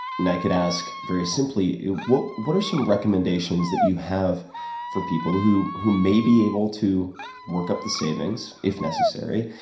like ask very simply what what are some recommendations that you have for people who who may be able to work up the savings, if necessary,